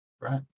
Right